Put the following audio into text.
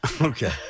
Okay